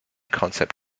concept